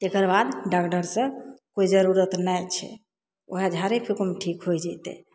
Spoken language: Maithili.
तकरबाद डॉक्टरसँ कोइ जरूरत नहि छै वएए झाड़े फूकमे ठीक होइ जेतय